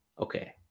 Okay